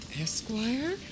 Esquire